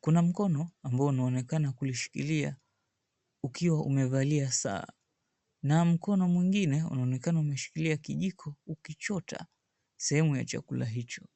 Kuna mkono ambao unaonekana kulishikilia ukiwa umevalia saa na mkono mwingine unaonekana umeshikilia kijiko ukichota sehemu ya chakula hicho.